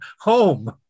home